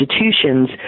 institutions